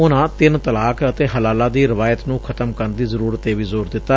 ਉਨਾਂ ਤਿੰਨ ਤਲਾਕ ਅਤੇ ਹਲਾਲਾ ਦੀ ਰਵਾਇਤ ਨੁੰ ਖਤਮ ਕਰਨ ਦੀ ਜ਼ਰੁਰਤ ਤੇ ਵੀ ਜ਼ੋਰ ਦਿੱਤਾ